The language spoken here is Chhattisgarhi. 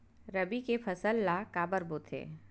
रबी के फसल ला काबर बोथे?